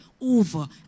over